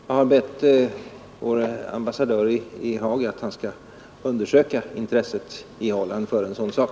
Jag har bett vår ambassadör i Haag att undersöka intresset i Holland för en sådan sak.